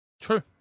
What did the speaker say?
True